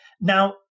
now